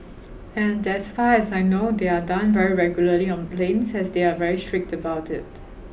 and as far as I know they are done very regularly on planes as they are very strict about it